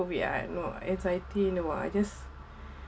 COVID I know anxiety in a while I just